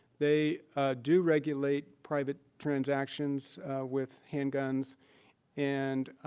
they do regulate private transactions with handguns and